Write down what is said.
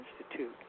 Institute